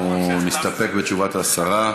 אנחנו נסתפק בתשובת השרה.